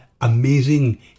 amazing